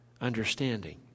understanding